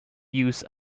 use